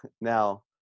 Now